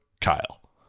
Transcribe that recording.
Kyle